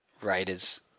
Raiders